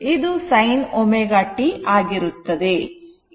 ಇದು sin ω t ಆಗಿರುತ್ತದೆ